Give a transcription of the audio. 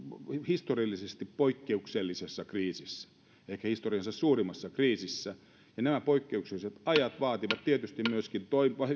historiallisesti poikkeuksellisessa kriisissä ehkä historiansa suurimmassa kriisissä nämä poikkeukselliset ajat vaativat tietysti myöskin